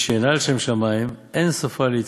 ושאינה לשם שמים, אין סופה להתקיים.